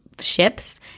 ships